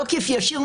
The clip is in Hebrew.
תוקף ישיר,